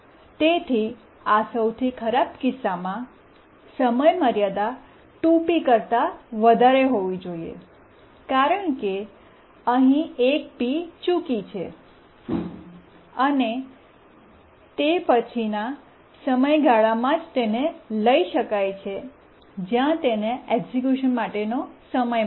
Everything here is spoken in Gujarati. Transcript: તેથી આ સૌથી ખરાબ કિસ્સામાં સમયમર્યાદા 2 પી કરતા વધારે હોવી જોઈએ કારણ કે અહીં 1 P ચૂકી છે અને તે પછીના સમયગાળામાં જ તેને લઈ શકાય છે જ્યાં તેને એક્ઝેક્યુશન માટેનો સમય મળે છે